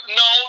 no